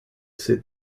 said